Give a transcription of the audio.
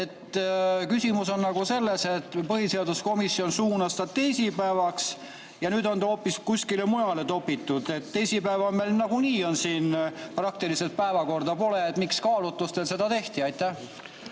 Küsimus on selles, et põhiseaduskomisjon suunas ta teisipäevaks, aga nüüd on ta hoopis kuskile mujale topitud. Teisipäeval meil nagunii siin praktiliselt päevakorda pole. Mis kaalutlustel seda tehti? Aitäh